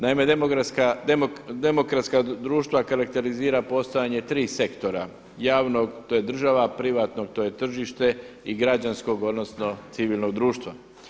Naime, demokratska društva karakterizira postojanje tri sektora – javnog to je država, privatnog to je tržište i građanskog odnosno civilnog društva.